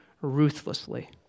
ruthlessly